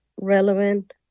relevant